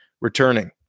returning